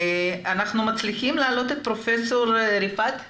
אנחנו מצליחים להעלות את פרופ' ריפעת ספדי?